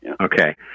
Okay